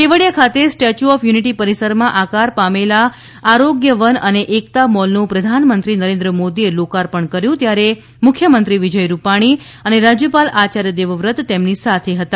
કેવડીયા ખાતે Statue of Unity પરિસરમાં આકાર પામેલા આરોગ્ય વન અને એકતા મોલનું પ્રધાનમંત્રી નરેન્દ્ર મોદીએ લોકાર્પણ કર્યું ત્યારે મુખ્યમંત્રી વિજય રૂપાણી અને રાજ્યપાલ આચાર્ય દેવવ્રત તેમની સાથે હતા